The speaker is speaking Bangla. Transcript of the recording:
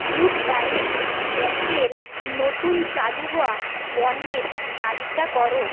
গুড ডায়েট ব্যান্ডের নতুন চালু হওয়া পণ্যের তালিকা করো